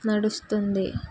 నడుస్తుంది